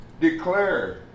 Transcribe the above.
declare